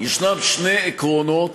יש שני עקרונות